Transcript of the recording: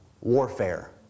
warfare